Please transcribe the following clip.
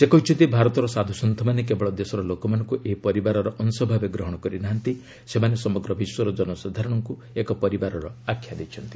ସେ କହିଛନ୍ତି ଭାରତର ସାଧୁସନ୍ଥମାନେ କେବଳ ଦେଶର ଲୋକମାନଙ୍କୁ ଏହି ପରିବାରର ଅଂଶଭାବେ ଗ୍ରହଣ କରିନାହାନ୍ତି ସେମାନେ ସମଗ୍ର ବିଶ୍ୱର କନସାଧାରଣଙ୍କୁ ଏକ ପରିବାରର ଆଖ୍ୟା ଦେଇଛନ୍ତି